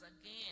again